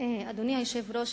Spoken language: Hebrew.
אדוני היושב-ראש,